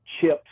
chips